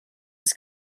was